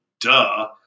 Duh